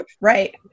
right